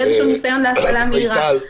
באיזה ניסיון להפעלה מהירה.